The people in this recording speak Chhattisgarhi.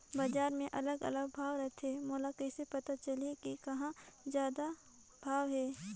बजार मे अलग अलग भाव रथे, मोला कइसे पता चलही कि कहां जादा भाव हे?